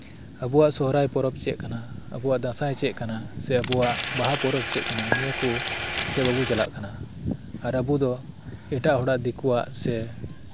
ᱟᱵᱩᱣᱟᱜ ᱥᱚᱦᱚᱨᱟᱭ ᱯᱚᱨᱚᱵ ᱪᱮᱫ ᱠᱟᱱᱟ ᱟᱵᱩᱣᱟᱜ ᱫᱟᱸᱥᱟᱭ ᱪᱮᱫ ᱠᱟᱱᱟ ᱥᱮ ᱟᱵᱩᱣᱟᱜ ᱵᱟᱦᱟ ᱯᱚᱨᱚᱵ ᱪᱮᱫ ᱠᱟᱱᱟ ᱱᱤᱭᱟᱹ ᱠᱩ ᱥᱮᱫ ᱵᱟᱵᱩ ᱪᱟᱞᱟᱜ ᱠᱟᱱᱟ ᱟᱨ ᱟᱵᱩᱫᱚ ᱮᱴᱟᱜ ᱦᱚᱲᱟᱜ ᱫᱤᱠᱩᱣᱟᱜ ᱥᱮ